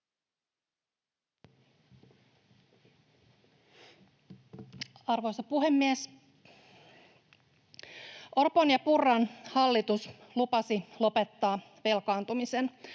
Arvoisa puhemies! Orpon ja Purran hallitus lupasi lopettaa velkaantumisen,